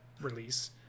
release